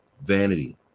vanity